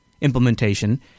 implementation